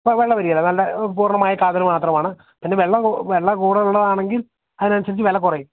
ആ വില വരികയില്ല നല്ല പൂർണ്ണമായ കാതല് മാത്രമാണ് പിന്നെ വെള്ള വെള്ള കൂടുതലുള്ളതാണെങ്കിൽ അതിനനുസരിച്ചു വില കുറയും